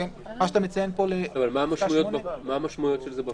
מה המשמעויות של זה בפועל?